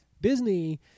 Disney